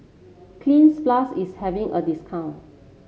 Cleanz Plus is having a discount